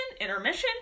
Intermission